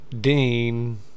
Dean